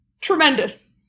tremendous